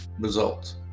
results